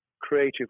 creative